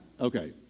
Okay